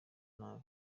nabi